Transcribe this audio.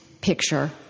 picture